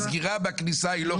הסגירה בכניסה היא לא חוקית.